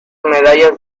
medallas